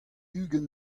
ugent